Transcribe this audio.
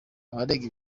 abarenga